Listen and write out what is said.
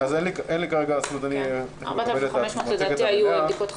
נדמה לי ש-4,500 היו בדיקות חוזרות.